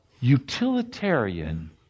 utilitarian